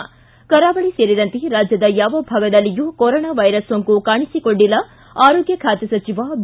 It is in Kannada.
ಿ ಕರಾವಳಿ ಸೇರಿದಂತೆ ರಾಜ್ಯದ ಯಾವ ಭಾಗದಲ್ಲಿಯೂ ಕೊರೋನಾ ವೈರಸ್ ಸೋಂಕು ಕಾಣಿಸಿಕೊಂಡಿಲ್ಲಿ ಆರೋಗ್ಯ ಖಾತೆ ಸಚಿವ ಬಿ